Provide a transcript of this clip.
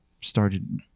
started